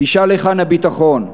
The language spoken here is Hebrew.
תשאל היכן הביטחון.